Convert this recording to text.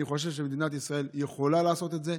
אני חושב שמדינת ישראל יכולה לעשות את זה.